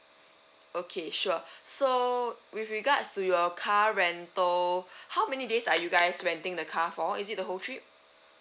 okay sure so with regards to your car rental how many days are you guys renting the car for is it the whole trip